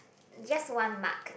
just one mark